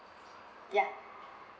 ya